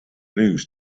news